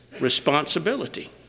responsibility